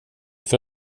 för